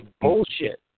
bullshit